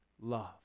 Love